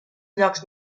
llocs